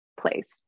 place